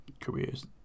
Career's